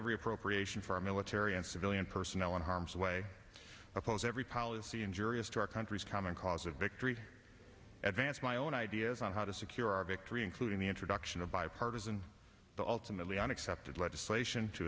every appropriation for our military and civilian personnel in harm's way oppose every policy injurious to our country's common cause a victory advance my own ideas on how to secure our victory including the introduction of bipartisan the ultimately an accepted legislation to